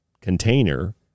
container